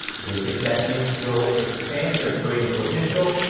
basic techniques will expand your creative potential,